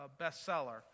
bestseller